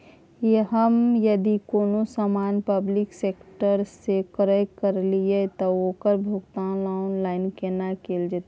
हम यदि कोनो सामान पब्लिक सेक्टर सं क्रय करलिए त ओकर भुगतान ऑनलाइन केना कैल जेतै?